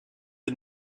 est